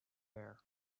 air